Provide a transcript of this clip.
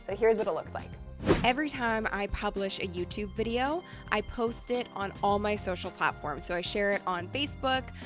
ah here's what it looks like every time i publish a youtube video i post it on all my social platforms, so i share it on facebook,